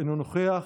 אינו נוכח,